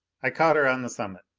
i caught her on the summit.